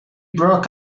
broke